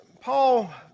Paul